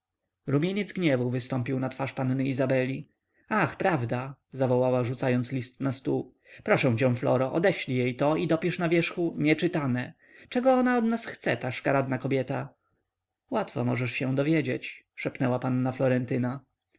krzeszowskiej rumieniec gniewu wystąpił na twarz panny izabeli ach prawda zawołała rzucając list na stół proszę cię floro odeszlij jej to i dopisz na wierzchu nie czytane czego ona od nas chce ta szkaradna kobieta łatwo możesz się dowiedzieć szepnęła panna florentyna nie